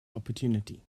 opportunity